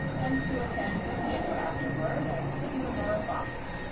and to attend the theater afterward and sit in the royal box.